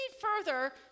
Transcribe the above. further